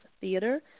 Theater